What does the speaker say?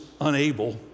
unable